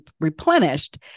replenished